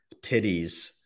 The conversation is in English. titties